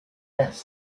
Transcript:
gas